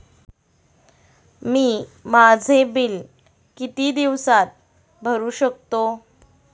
मी माझे बिल किती दिवसांत भरू शकतो?